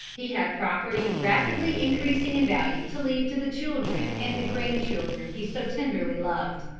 he had property rapidly increasing in value to leave to the children and the grand-children he so tenderly loved.